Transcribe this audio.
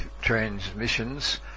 transmissions